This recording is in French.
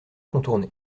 contourner